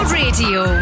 radio